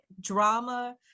drama